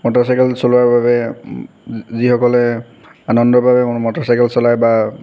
motorcycle চলোৱাৰ বাবে যিসকলে আনন্দভাৱে মটৰচাইকেল চলাই বা